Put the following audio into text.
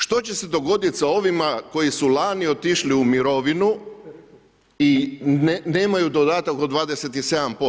Što će se dogoditi sa ovima koji su lani otišli u mirovinu i nemaju dodatak od 27%